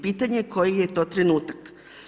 Pitanje je koji je to trenutak?